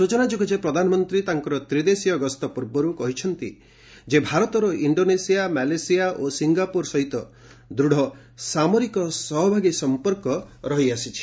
ସୂଚନାଯୋଗ୍ୟ ଯେ ପ୍ରଧାନମନ୍ତ୍ରୀ ତାଙ୍କର ତ୍ରିଦେଶୀୟ ଗସ୍ତ ପୂର୍ବରୁ କହିଛନ୍ତି ଯେ ଭାରତ ଇଣ୍ଡୋନେସିଆ ମାଲେସିଆ ଓ ସିଙ୍ଗାପୁର ସହିତ ଦୂଢ ସମାଗ୍ରିକ ସହଭାଗୀ ସମ୍ପର୍କ ରହିଆସିଛି